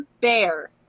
Bear